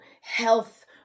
health